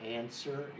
answer